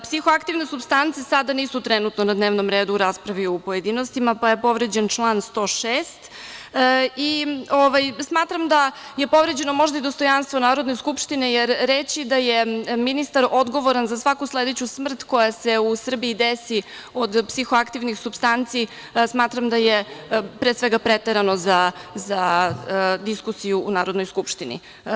Psihoaktivne supstance sada nisu trenutno na dnevnom redu u raspravi u pojedinostima, pa je povređen član 106. i smatram da je povređeno možda i dostojanstvo Narodne skupštine, jer reći da je ministar odgovoran za svaku sledeću smrt koja se u Srbiji desi od psihokativnih supstanci smatram da je, pre svega, preterano za diskusiju u Narodnoj skupštini.